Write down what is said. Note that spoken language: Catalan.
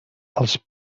els